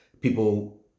People